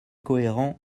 cohérent